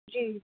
جی